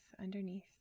underneath